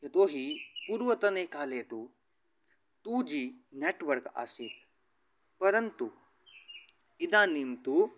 यतो हि पूर्वतने काले तु टु जि नेट्वर्क् आसीत् परन्तु इदानीं तु